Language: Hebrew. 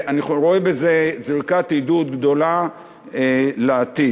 אני רואה בזה זריקת עידוד גדולה לעתיד.